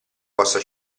possa